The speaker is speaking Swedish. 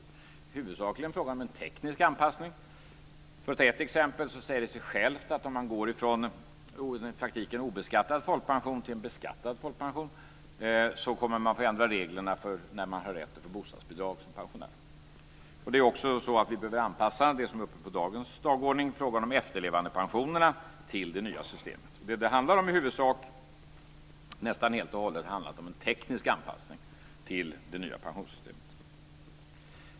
Det är huvudsakligen fråga om en teknisk anpassning. Jag kan ta ett exempel. Det säger sig självt att man, om man går från en i praktiken obeskattad folkpension till en beskattad folkpension, kommer att få ändra reglerna för pensionärers rätt att få bostadsbidrag. Det är också så att vi behöver anpassa det som är uppe på dagens dagordning - frågan om efterlevandepensionerna - till det nya systemet. Det har nästan helt och hållet handlat om en teknisk anpassning till det nya pensionssystemet.